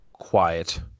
Quiet